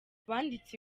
banditse